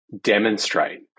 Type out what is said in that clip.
demonstrate